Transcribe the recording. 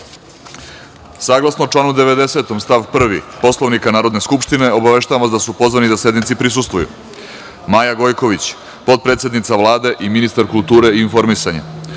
Hilandar. Saglasno članu 90. stav 1. Poslovnika Narodne skupštine, obaveštavam vas da su pozvani sednici da prisustvuju: Maja Gojković, potpredsednica Vlade i ministar kulture i informisanja,